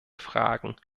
fragen